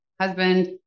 husband